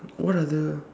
what